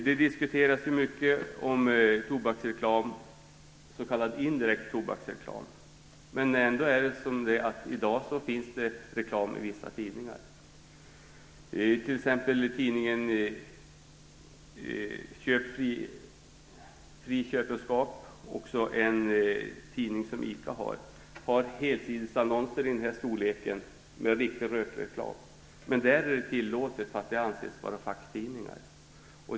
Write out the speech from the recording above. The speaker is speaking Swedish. Det diskuteras mycket om s.k. indirekt tobaksreklam, men det finns faktiskt i dag även reklam i vissa tidningar. Exempelvis har tidningen Fri Köpenskap och en av ICA:s tidningar stora helsidesannonser med rökreklam. Där är det tillåtet, eftersom de anses vara facktidningar.